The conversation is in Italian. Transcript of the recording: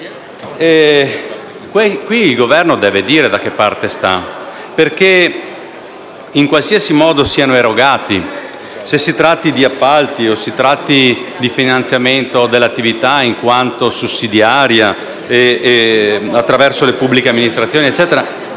il Governo deve dire da che parte sta. In qualsiasi modo siano erogati, che si tratti di appalti o di finanziamento dell'attività in quanto sussidiaria, attraverso le pubbliche amministrazioni, i